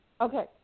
Okay